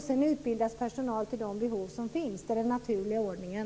Sedan utbildas personal för de behov som finns. Det är den naturliga ordningen.